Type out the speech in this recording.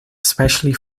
especially